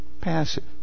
passive